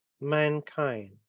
mankind